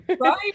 Right